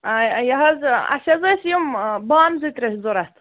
یہِ حظ اَسہِ حظ ٲسۍ یِم بانہٕ زٕ ترٛےٚ چھِ ضروٗرت